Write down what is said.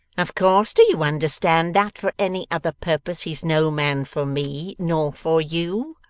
of course do you understand that for any other purpose he's no man for me, nor for you